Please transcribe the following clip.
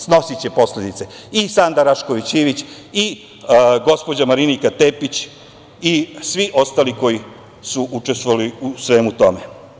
Snosiće posledice i Sanda Rašković Ivić i gospođa Marinika Tepić i svi ostali koji su učestvovali u svemu tome.